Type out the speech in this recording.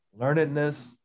learnedness